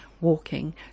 walking